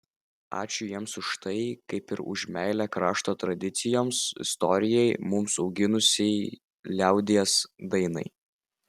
ačiū jiems už tai kaip ir už meilę krašto tradicijoms istorijai mus auginusiai liaudies dainai